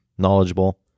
knowledgeable